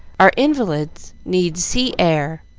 our invalids need sea air.